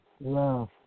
love